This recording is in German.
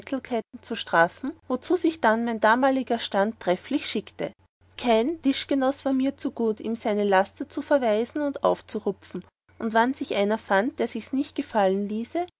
zu strafen wozu sich dann mein damaliger stand trefflich schickte kein tischgenoß war mir zu gut ihm sein laster zu verweisen und aufzurupfen und wann sich einer fand der sichs nicht gefallen ließe